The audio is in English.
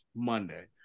monday